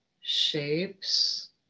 shapes